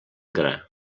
gra